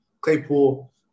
Claypool